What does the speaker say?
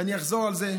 ואני אחזור על זה,